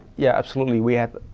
yeah, absolutely, we had